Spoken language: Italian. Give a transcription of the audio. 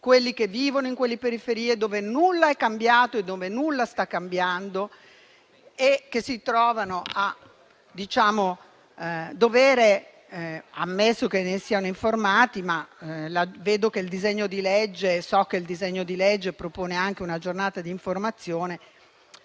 coloro che vivono in quelle periferie, dove nulla è cambiato e dove nulla sta cambiando e che - ammesso che ne siano informati, ma so che il disegno di legge propone anche una Giornata di informazione